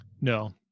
No